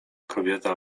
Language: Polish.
kobieta